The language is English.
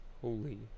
Holy